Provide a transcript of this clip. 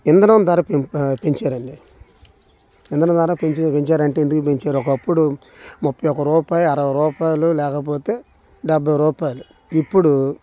ఇంధనం ధర పెంపు పెంచారండి ఇంధనం ధర పెంచారంటే ఎందుకు పెంచారు ఒకప్పుడు ముప్పై ఒక్క రూపాయి అరవై రూపాయిలు లేకపోతే డబ్భై రూపాయలు ఇప్పుడూ